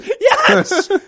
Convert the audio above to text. Yes